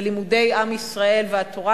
ולימודי עם ישראל והתורה,